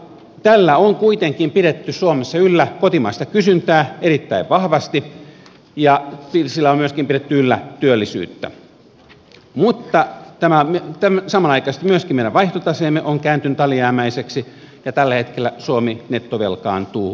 tällä on kuitenkin pidetty suomessa yllä kotimaista kysyntää erittäin vahvasti ja sillä on myöskin pidetty yllä työllisyyttä mutta tämä on nyt tämä sama samanaikaisesti myöskin meidän vaihtotaseemme on kääntynyt alijäämäiseksi ja tällä hetkellä suomi nettovelkaantuu ulkomaille